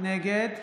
נגד